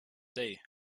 day